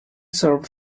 served